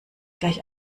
gleich